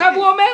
עכשיו הוא אומר.